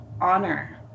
honor